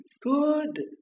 good